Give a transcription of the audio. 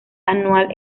anual